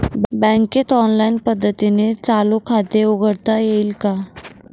बँकेत ऑनलाईन पद्धतीने चालू खाते उघडता येईल का?